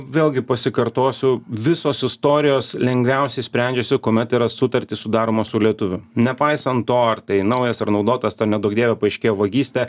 vėlgi pasikartosiu visos istorijos lengviausiai sprendžiasi kuomet yra sutartys sudaromos su lietuviu nepaisant to ar tai naujas ar naudotas neduok dieve paaiškėjo vagystė